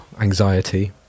anxiety